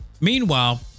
meanwhile